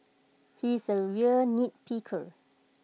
he is A real nitpicker